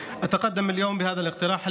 אני פונה אליכם היום בהצעה הזאת,